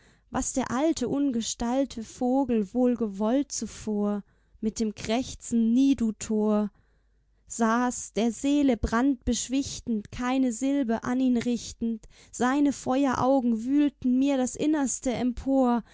was der alte ungestalte vogel wohl gewollt zuvor mit dem krächzen nie du tor saß der seele brand beschwichtend keine silbe an ihn richtend seine feueraugen wühlten mir das innerste empor